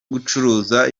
gucuruza